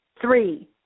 three